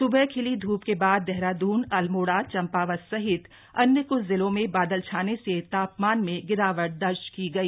स्बह खिली ध्रप के बाद देहराद्रन अल्मोड़ा चंपावत सहित अन्य क्छ जिलों में बादल छाने से तापमान में गिरावट दर्ज की गई